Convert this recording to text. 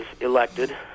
elected